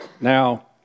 now